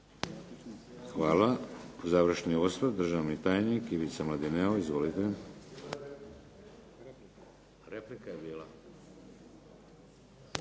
Hvala. Završni osvrt, državni tajnik Ivica Mladineo. Izvolite. Replika je bila?